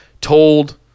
told